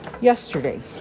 yesterday